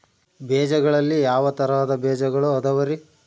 ಬೇಜಗಳಲ್ಲಿ ಯಾವ ತರಹದ ಬೇಜಗಳು ಅದವರಿ?